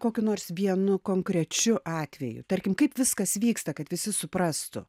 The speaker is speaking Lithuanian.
kokiu nors vienu konkrečiu atveju tarkim kaip viskas vyksta kad visi suprastų